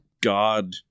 God